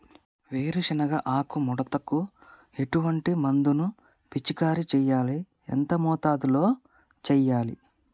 వేరుశెనగ ఆకు ముడతకు ఎటువంటి మందును పిచికారీ చెయ్యాలి? ఎంత మోతాదులో చెయ్యాలి?